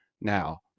now